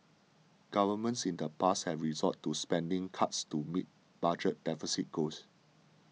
Governments in the past have resorted to spending cuts to meet budget deficit goals